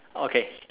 okay